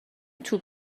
توپ